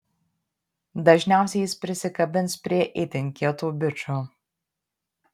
dažniausiai jis prisikabins prie itin kietų bičų